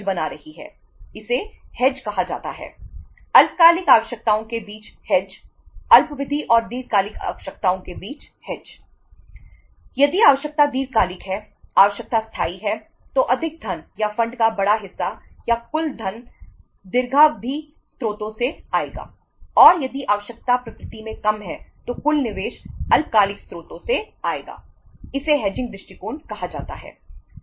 यदि आवश्यकता दीर्घकालिक है आवश्यकता स्थायी है तो अधिक धन या फंड करने में करते हैं